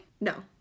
No